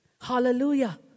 Hallelujah